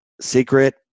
secret